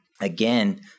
again